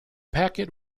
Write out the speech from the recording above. packet